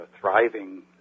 thriving